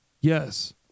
Yes